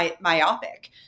myopic